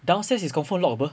downstairs is confirmed locked apa